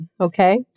okay